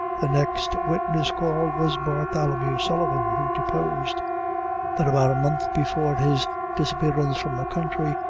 the next witness called was bartholemew sullivan, who deposed that about a month before his disappearance from the country,